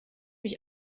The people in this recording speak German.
mich